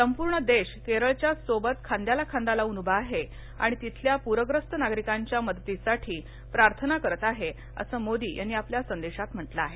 संपूर्ण देश केरळच्या सोबत खाद्याला खांदा लावून उभा आहे आणि तिथल्या पूरग्रस्त नागरिकांच्या मदतीसाठी प्रार्थना करत आहे असं मोदी यांनी आपल्या संदेशात म्हटलं आहे